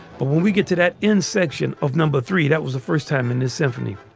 but when we get to that in section of number three, that was the first time in his symphony,